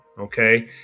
Okay